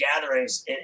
gatherings